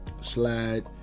slide